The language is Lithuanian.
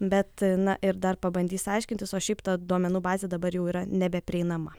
bet na ir dar pabandys aiškintis o šiaip ta duomenų bazė dabar jau yra nebeprieinama